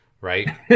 right